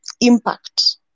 impact